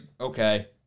okay